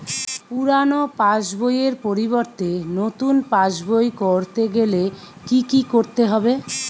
পুরানো পাশবইয়ের পরিবর্তে নতুন পাশবই ক রতে গেলে কি কি করতে হবে?